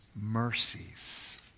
mercies